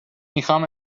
میخام